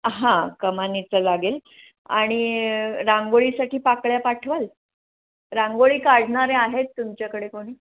हां कमानीचं लागेल आणि रांगोळीसाठी पाकळ्या पाठवाल रांगोळी काढणारे आहेत तुमच्याकडे कोणी